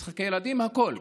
משחקי ילדים, הכול.